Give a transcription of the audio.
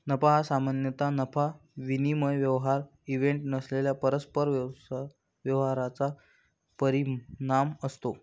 नफा हा सामान्यतः नफा विनिमय व्यवहार इव्हेंट नसलेल्या परस्पर व्यवहारांचा परिणाम असतो